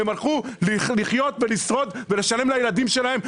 הם הלכו לחיות ולשרוד ולשלם לילדים שלהם,